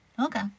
Okay